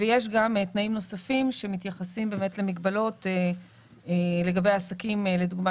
יש גם תנאים נוספים שמתייחסים באמת למגבלות לגבי עסקים שלדוגמה